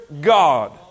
God